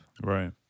Right